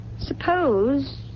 Suppose